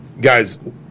guys